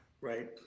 right